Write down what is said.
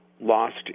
lost